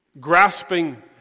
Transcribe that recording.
grasping